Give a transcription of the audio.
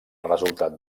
resultat